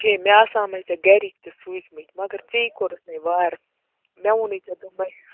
ہے مےٚ آسہامَے ژےٚ گَرِکۍ تہِ سوٗزۍمٕتۍ مگر ژے کوٚرُتھ نَے وَر مےٚ ووٚنُے ژےٚ دوٚپمَے